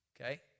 okay